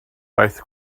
daeth